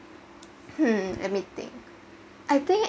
um let me think I think